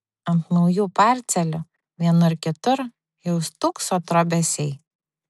ant naujų parcelių vienur kitur jau stūkso trobesiai